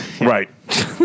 Right